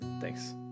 thanks